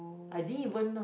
I didn't even know